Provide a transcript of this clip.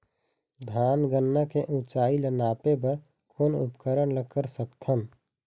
धान गन्ना के ऊंचाई ला नापे बर कोन उपकरण ला कर सकथन?